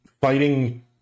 fighting